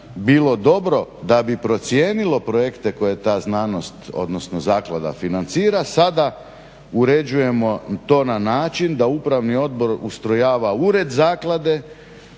bilo dobro da bi procijenilo projekte koje ta znanost, odnosno zaklada financira, sada uređujemo to na način da upravni odbor ustrojava ured zaklade,